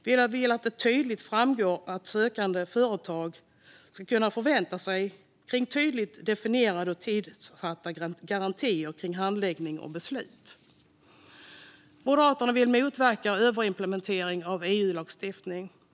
Vi vill att det tydligt ska framgå vad sökande företag ska kunna förvänta sig när det gäller tydligt definierade och tidsatta garantier avseende handläggning och beslut. Moderaterna vill motverka överimplementering av EU-lagstiftning.